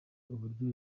uburyo